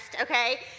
okay